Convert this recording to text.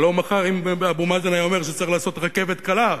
הלוא מחר אם אבו מאזן היה אומר שצריך לעשות רכבת קלה,